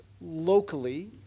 locally